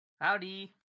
Howdy